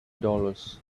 dollars